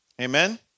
amen